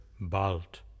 Balt